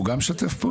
אז הוא גם משתף פעולה?